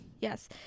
Yes